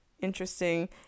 interesting